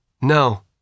No